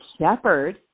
shepherd